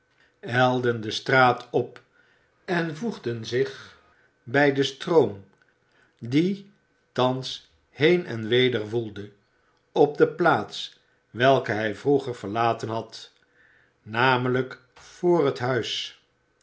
ijlden de straat op en voegden zich bij den stroom die thans heen en weder woelde op de plaats welke hij vroeger verlaten had namelijk vr het huis